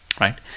Right